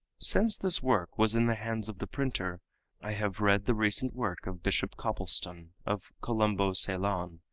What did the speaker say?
since this work was in the hands of the printer i have read the recent work of bishop copelston, of columbo, ceylon,